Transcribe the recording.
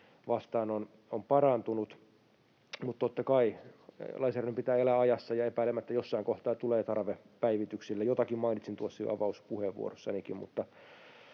vastaan on parantunut, mutta totta kai lainsäädännön pitää elää ajassa. Epäilemättä jossain kohtaa tulee tarve päivityksille — jotakin mainitsin jo tuossa avauspuheenvuorossanikin